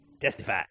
Testify